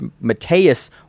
Mateus